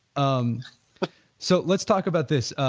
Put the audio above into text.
um so, let's talk about this,